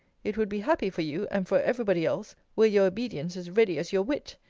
it would be happy for you, and for every body else, were your obedience as ready as your wit.